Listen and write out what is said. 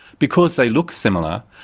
because they looked similar,